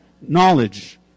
knowledge